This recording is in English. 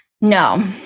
No